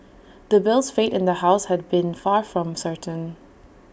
the bill's fate in the house had been far from certain